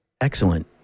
Excellent